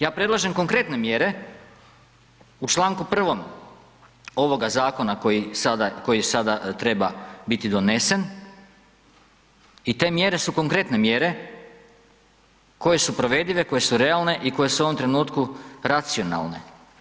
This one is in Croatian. Ja predlažem konkretne mjere u čl. 1. ovoga zakona koji sada treba biti donesen i te mjere su konkretne mjere koje su provedive, koje su realne i koje su u ovom trenutku racionalne.